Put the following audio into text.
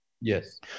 Yes